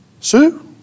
Sue